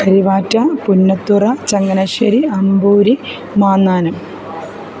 Karivatta Punnathura Changanassery Amboori Mannanam